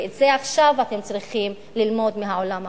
ואת זה עכשיו אתם צריכים ללמוד מהעולם הערבי.